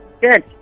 Good